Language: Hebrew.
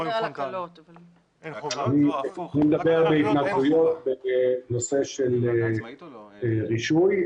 אני מדבר בהתנגדויות ובנושא של רישוי,